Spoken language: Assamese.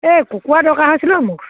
এই কুকুৰা দৰকাৰ হৈছিলে অ' মোক